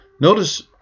Notice